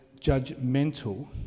judgmental